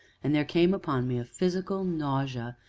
and there came upon me a physical nausea,